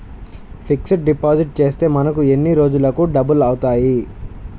Fixed deposit చేస్తే మనకు ఎన్ని రోజులకు డబల్ అవుతాయి?